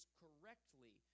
correctly